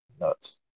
Nuts